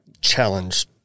challenge